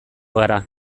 gara